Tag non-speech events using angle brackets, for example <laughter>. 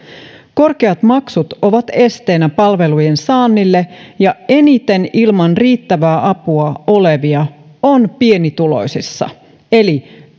korkeat maksut ovat esteenä palveluiden saannille ja eniten ilman riittävää apua olevia on pienituloisissa eli <unintelligible>